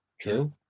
true